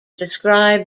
describe